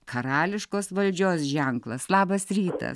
karališkos valdžios ženklas labas rytas